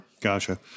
Gotcha